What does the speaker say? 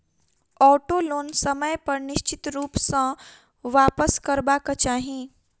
auto loan समय पर निश्चित रूप सॅ वापसकरबाक चाही